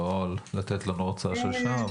לא לתת לנו הרצאה של שעה,